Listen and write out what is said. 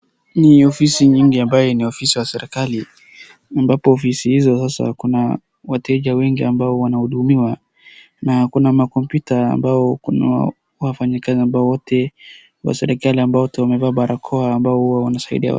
Ni ofisi nyingi ambayo ni ofisi ya serikali ambapo ofisi hizo sasa kuna wateja wengi ambao wanahudumiwa na kuna makompyuta ambao kuna wafanyakazi ambao wote ni wa serikali ambao wote wamevaa barakoa ambao huwa wanasaidia.